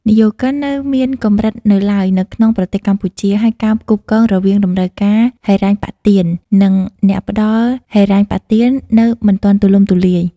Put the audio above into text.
និយោគិននៅមានកម្រិតនៅឡើយនៅក្នុងប្រទេសកម្ពុជា ហើយការផ្គូផ្គងរវាងតម្រូវការហិរញ្ញប្បទាន និងអ្នកផ្តល់ហិរញ្ញប្បទាននៅមិនទាន់ទូលំទូលាយ ។